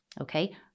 Okay